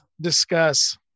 discuss